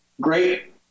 great